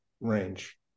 range